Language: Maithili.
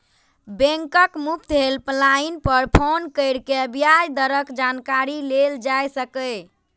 बैंकक मुफ्त हेल्पलाइन पर फोन कैर के ब्याज दरक जानकारी लेल जा सकैए